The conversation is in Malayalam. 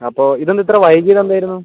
അപ്പോൾ ഇതെന്ത് ഇത്ര വൈകിയത് എന്തായിരുന്നു